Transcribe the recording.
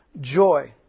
joy